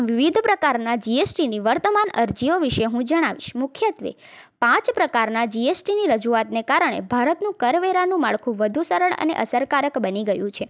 વિવિધ પ્રકારના જીએસટીની વર્તમાન અરજીઓ વિશે હું જણાવીશ મુખ્યત્ત્વે પાંચ પ્રકારના જીએસટીની રજૂઆતને કારણે ભારતનું કર વેરાનું માળખું વધુ સરળ અને અસરકારક બની ગયું છે